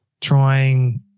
trying